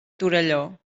torelló